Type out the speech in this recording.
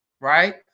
right